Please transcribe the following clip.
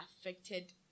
affected